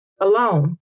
alone